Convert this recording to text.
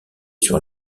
sur